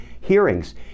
hearings